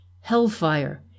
Hellfire